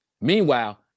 meanwhile